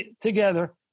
together